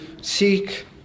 seek